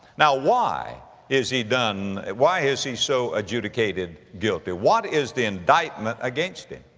now why is he done, why is he so adjudicated guilty? what is the indictment against him?